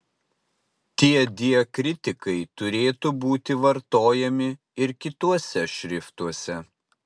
tie diakritikai turėtų būti vartojami ir kituose šriftuose